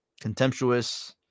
Contemptuous